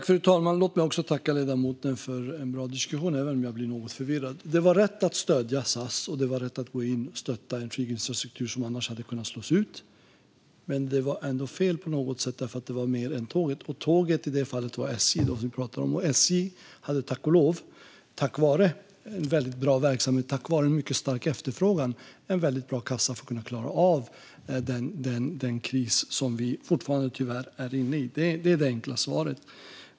Fru talman! Låt också mig tacka ledamoten för en bra diskussion, även om jag blir något förvirrad. Det var visst rätt att stödja SAS, och det var rätt att gå in och stötta en flyginfrastruktur som annars hade kunnat slås ut. Men det var tydligen ändå fel på något sätt därför att det var mer stöd än till tåget. Tåget var i det här fallet SJ. SJ hade, tack och lov, tack vare en väldigt bra verksamhet och tack vare en mycket stark efterfrågan en bra kassa för att kunna klara av den kris som vi fortfarande är inne i. Det är det enkla svaret.